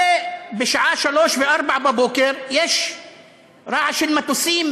הרי בשעה 03:00 ו-04:00 יש רעש של מטוסים